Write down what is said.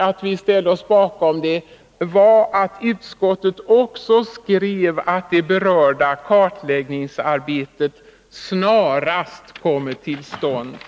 Att vi ställde oss bakom detta berodde på att utskottet också skrev: ”Utskottet förutsätter att det berörda kartläggningsarbetet snarast kommer till stånd.”